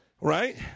Right